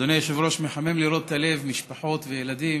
אדוני היושב-ראש, מחמם את הלב לראות משפחות וילדים